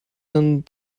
and